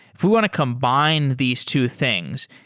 if we want to combine these two things,